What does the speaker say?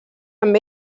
amb